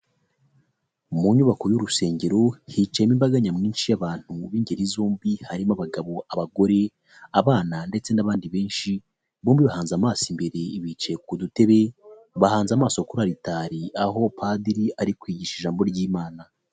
Mu nyubako y'Urusengero hicayemo imbaga nyamwinshi y'abantu b'ingeri zombi. Harimo: abagabo, abagore, abana ndetse n'abandi benshi. Bombi bahanze amaso imbere, bicaye ku dutebe bahanze amaso kuri alitari. Aho Padiri ari kwigisha ijambo ry'Imana.